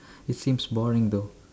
it seems boring though